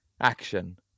action